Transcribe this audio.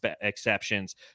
exceptions